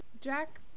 jack